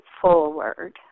forward